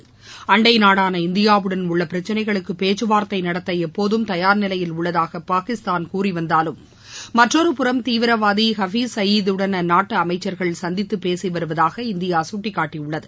இருதரப்பு உறவுகளில் அண்டை நாடான இந்தியாவுடன் உள்ள பிரச்சனைகளுக்கு பேச்சுவார்த்தை நடத்த எப்போதும் தயார் நிலையில் உள்ளதாக பாகிஸ்தான் கூறிவந்தாலும் மற்றொருபுறம் தீவிரவாதி ஹபீஸ் சையத்துடன் அந்நாட்டு அமைச்சர்கள் சந்தித்து பேசி வருவதாக இந்தியா சுட்டிக்காட்டியுள்ளது